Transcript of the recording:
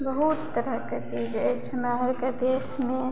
बहुत तरहके चीज अछि हमरा अरके देशमे